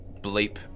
bleep